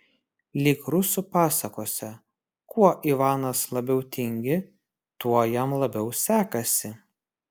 lyg rusų pasakose kuo ivanas labiau tingi tuo jam labiau sekasi